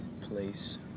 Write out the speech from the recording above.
place